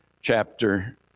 chapter